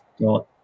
got